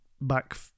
back